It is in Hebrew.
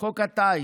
חוק הטיס,